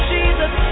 Jesus